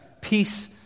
peace